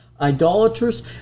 idolaters